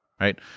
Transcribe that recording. right